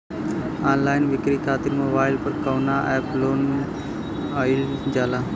Online बिक्री खातिर mobile पर कवना एप्स लोन कईल जाला?